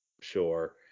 Sure